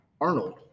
Arnold